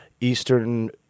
Eastern